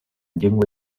llengua